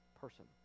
person